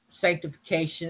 sanctification